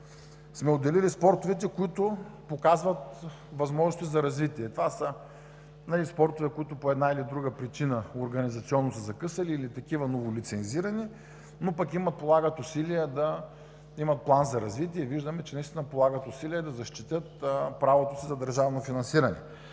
сме отделили спортовете, които показват възможности за развитие. Това са спортове, които по една или друга причина организационно са закъсали или новолицензирани такива, но пък полагат усилия да имат план за развитие и виждаме, че наистина полагат усилия да защитят правото си за държавно финансиране.